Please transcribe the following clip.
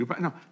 No